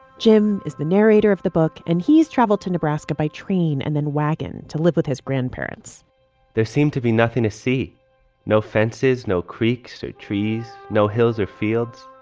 jim is the narrator of the book and he's travelled to nebraska by train and then wagon to live with his grandparents there seemed to be nothing to see no fences, no creeks or trees, no hills or fields.